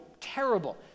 terrible